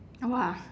!wah!